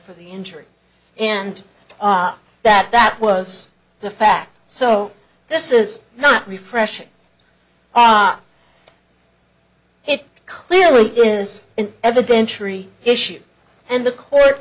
for the injury and that that was the fact so this is not refreshing it clearly is in evidence three issue and the court